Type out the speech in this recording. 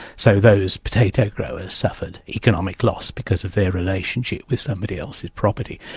so those potato growers suffered economic loss because of their relationship with somebody else's property.